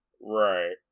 Right